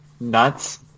nuts